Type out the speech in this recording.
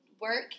work